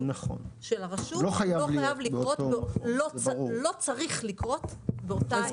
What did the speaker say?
של הרשות לא צריך לקרות באותה ישיבה.